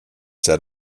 set